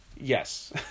Yes